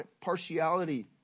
partiality